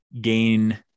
gain